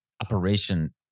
operation